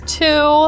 two